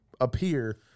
appear